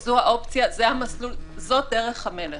-- זאת דרך המלך.